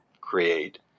create